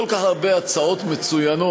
כל כך הרבה הצעות מצוינות,